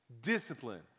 discipline